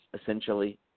essentially